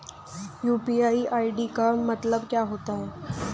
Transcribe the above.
UPI ID का मतलब क्या होता है?